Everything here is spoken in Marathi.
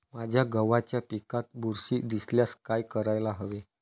माझ्या गव्हाच्या पिकात बुरशी दिसल्यास काय करायला हवे?